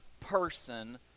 person